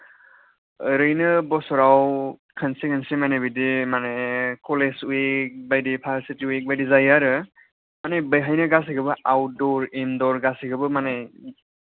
ओरैनो बोसोराव खेनसे खेनसे मोनाय बादि माने कलेज विक बाइदि भारसेति विक बादि जायो आरो माने बेहायनो गासैखौबो आवथदर इनदर गासिखौबो माने